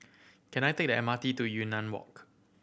can I take the M R T to Yunnan Walk